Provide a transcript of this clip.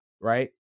Right